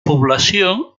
població